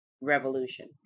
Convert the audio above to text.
revolution